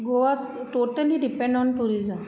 Goa is totally depend on tourism